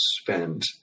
spend